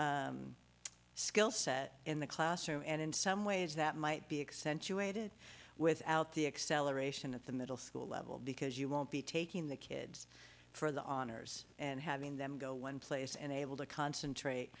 broad skill set in the classroom and in some ways that might be accentuated without the acceleration of the middle school level because you won't be taking the kids for the honors and having them go one place and able to concentrate